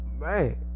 man